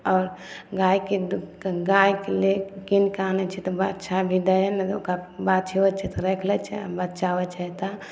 आओर गायके दू गायके लिए कीनके आनै छियै तऽ बच्छा भी दै हइ नहि तऽ ओकरा बाछी होइ छै तऽ राखि लै छै आ बच्छा होइ छै तऽ